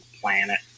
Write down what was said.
planet